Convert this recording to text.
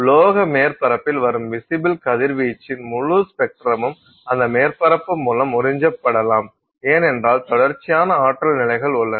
உலோக மேற்பரப்பில் வரும் விசிபில் கதிர்வீச்சின் முழு ஸ்பெக்ட்ரமும் அந்த மேற்பரப்பு மூலம் உறிஞ்சப்படலாம் ஏனென்றால் தொடர்ச்சியான ஆற்றல் நிலைகள் உள்ளன